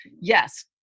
yes